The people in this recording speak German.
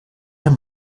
dem